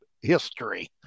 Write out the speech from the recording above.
History